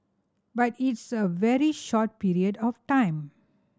but it's a very short period of time